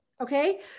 okay